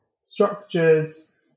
structures